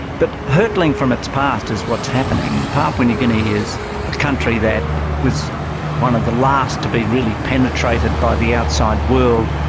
but hurtling from its past is what's happening. papua new guinea is a country that was one of the last to be really penetrated by the outside world.